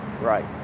right